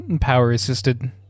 power-assisted